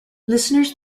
listeners